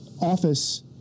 office